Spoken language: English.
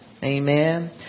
Amen